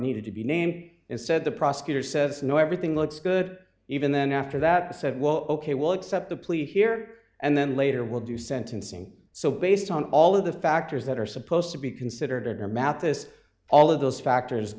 needed to be name instead the prosecutor says no everything looks good even then after that said well ok we'll accept the plea here and then later we'll do sentencing so based on all of the factors that are supposed to be considered or mathis all of those factors